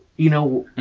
you know,